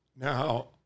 Now